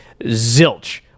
Zilch